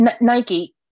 Nike